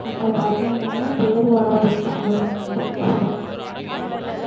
அப்போ பார்த்திங்கன்னா தேர் வடம் பிடிச்சிகிட்டு வருவாங்க அதுக்கு சரியான கூட்டமாகருக்கும்